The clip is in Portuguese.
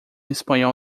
espanhol